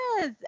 Yes